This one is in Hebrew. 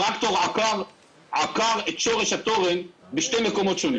טרקטור עקר את שורש התורן בשני מקומות שונים.